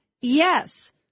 yes